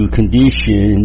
condition